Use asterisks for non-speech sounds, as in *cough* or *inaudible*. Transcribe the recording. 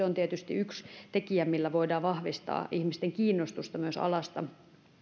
*unintelligible* on tietysti yksi tekijä millä voidaan vahvistaa ihmisten kiinnostusta myös alasta